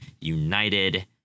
United